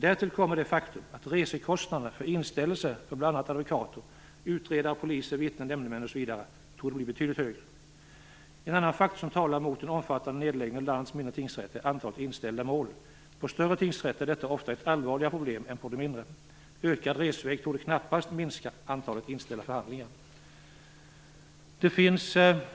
Därtill kommer det faktum att resekostnaderna för inställelse för bl.a. advokater, utredare, poliser, vittnen, nämndemän osv. torde bli betydligt högre. En annan faktor som talar mot en omfattande nedläggning av landets mindre tingsrätter är antalet inställda mål. I större tingsrätter är detta ofta ett allvarligare problem än i de mindre. Ökad resväg torde knappast minska antalet inställda förhandlingar. Herr talman!